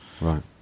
Right